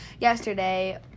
yesterday